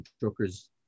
joker's